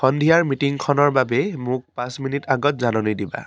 সন্ধিয়াৰ মিটিংখনৰ বাবে মোক পাঁচ মিনিট আগত জাননী দিবা